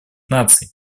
наций